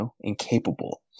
incapable